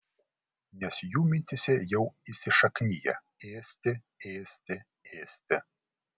nes jų mintyse jau įsišakniję ėsti ėsti ėsti